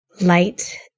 light